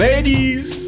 Ladies